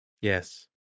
Yes